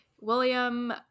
William